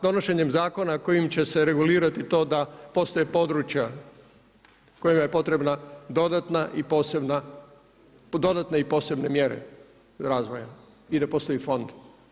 Donošenjem zakona kojim će se regulirati to da postoje područja kojima je potrebna dodatne i posebne mjere razvoja i da postoji fond.